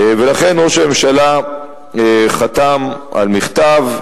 לכן, ראש הממשלה חתם על מכתב.